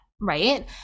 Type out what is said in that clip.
Right